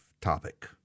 topic